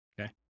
Okay